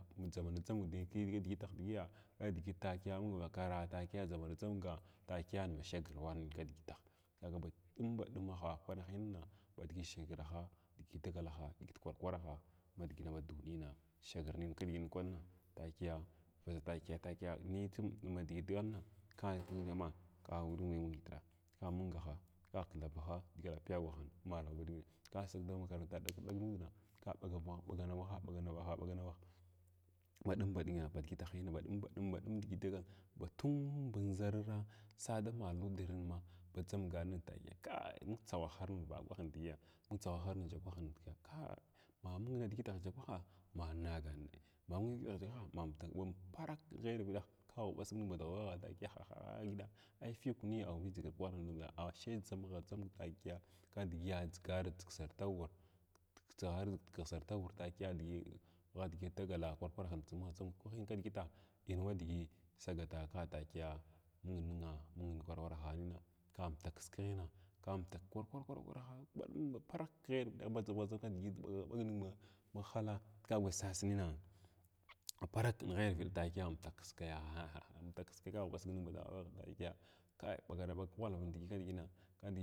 Ba dʒamana dʒamg kaligitaha digiya ka digitah takiya mung vakaran takiya dʒamana dʒamga takiya ba shagr wan kidigitah kaga baɗum bafum kwanahina badiʒi shagraha badigi dagalaha diʒi kwarkwaha ma digin ma duniya shagar nan kidigan kwanin takiya vaʒa takiya takiya n tsim ma digi dagalna ta ndʒa kamungha ka kithabaha ka pik gurah ma ba digin kasa gul dama makaranta ɓagak bag nuda ka ɓagana wahn ɓaganawah, ɓaganwaha baɗum badigina digitahina badum baɗum nidiʒi dagala ba tum bu ndʒarara sas da muludirarma badʒamgan ningh takiya kal! Mung tsaghnhirin vakwrah digiya ma tsaghwahirn ajakwahi dun kai ma mung nidigitah ajakwahaha ma nagan nai, ma mung nidigi takwah ma bamfuk ba parak ghayar viɗav kaghuɓasig nina ba daghwavragh takiya hahaha a afyəkuni awaɗigar amuɗa adhe dʒamgha dʒamg takiya kidigi adʒiʒar dʒig sarta wung, dʒighar dʒig sartu wur takiya digi dagala kwwkwrahin tsim, kwahin kidigin in wa diʒi sagata kah takiya mung ning mung war warahawa ka amtuk kiskiʒhina ka amtak kurkwara kuraha badum ba parak ghayinviɗar madʒamghant dʒang kdigit kwaɓagannga ma hala kagwuya sas hina parak ghayivid takiya amtak kiskaya haha amtak kiskaya ka ghubasig ning ba davagh ba takiya kai ɓagana ɓa kghwalvuragh diʒi ki diʒina.